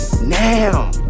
now